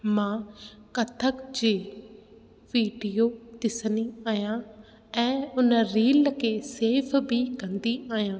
मां कथक जे वीडियो ॾिसंदी आहियां ऐं उन रील खे सेफ बि कंदी आहियां